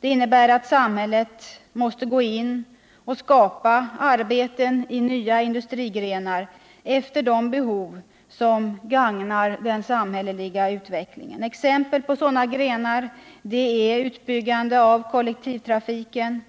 Det innebär att samhället måste gå in och skapa arbeten inom nya industrigrenar efter de behov som gagnar den samhälleliga utvecklingen. Exempel på sådana grenar är utbyggande av kollektivtrafiken,